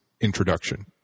introduction